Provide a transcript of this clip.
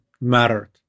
mattered